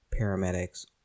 paramedics